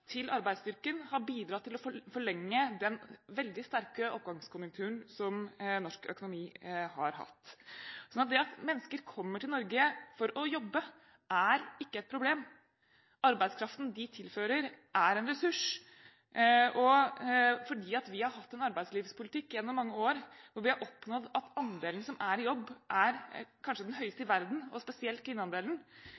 til arbeidsstyrken har bidratt til å forlenge den veldig sterke oppgangskonjunkturen som norsk økonomi har hatt. Så det at mennesker kommer til Norge for å jobbe, er ikke et problem. Arbeidskraften de tilfører, er en ressurs, og fordi vi har hatt en arbeidslivspolitikk gjennom mange år hvor vi har oppnådd at andelen som er i jobb, kanskje er den høyeste